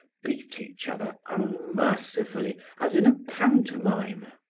beat each other unmercifully as in a pantomime.